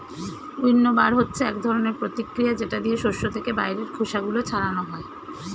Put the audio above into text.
উইন্নবার হচ্ছে এক ধরনের প্রতিক্রিয়া যেটা দিয়ে শস্য থেকে বাইরের খোসা গুলো ছাড়ানো হয়